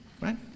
right